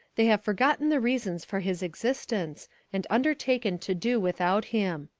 they have forgotten the reasons for his existence and undertaken to do without him.